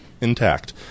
intact